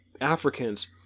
Africans